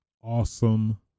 awesome